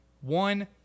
one